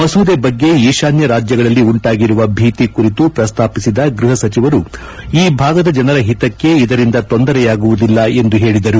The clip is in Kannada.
ಮಸೂದೆ ಬಗ್ಗೆ ಈಶಾನ್ತ ರಾಜ್ಯಗಳಲ್ಲಿ ಉಂಟಾಗಿರುವ ಭೀತಿ ಕುರಿತು ಪ್ರಸಾಪಿಸಿದ ಗ್ರಹ ಸಚಿವರು ಈ ಭಾಗದ ಜನರ ಹಿತಕ್ಕೆ ಇದರಿಂದ ತೊಂದರೆಯಾಗುವುದಿಲ್ಲ ಎಂದು ತಿಳಿಸಿದರು